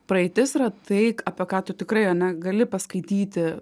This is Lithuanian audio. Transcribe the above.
praeitis yra tai apie ką tu tikrai ane gali paskaityti